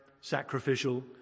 sacrificial